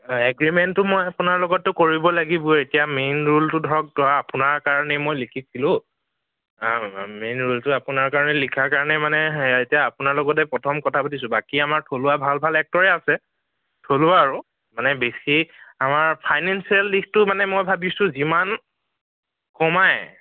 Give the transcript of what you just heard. এগ্ৰীমেণ্টটো মই আপোনাৰ লগততো কৰিব লাগিবই এতিয়া মেইন ৰোলটো ধৰক ধৰা আপোনাৰ কাৰণে মই লিখিছিলোঁ মেইন ৰোলটো আপোনাৰ কাৰণে লিখাৰ কাৰণে মানে এতিয়া আপোনাৰ লগতে প্ৰথম কথা পাতিছোঁ বাকী আমাৰ থলুৱা ভাল ভাল এক্টৰেই আছে থলুৱা আৰু মানে বেছি আমাৰ ফাইনেন্সিয়েল দিশটো মানে মই ভাবিছোঁ যিমান কমাই